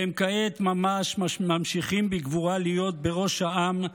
והם כעת ממש ממשיכים בגבורה להיות בראש העם,